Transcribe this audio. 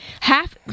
Half